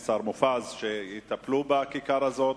השר מופז, שיטפלו בכיכר הזאת.